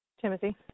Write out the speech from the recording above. Timothy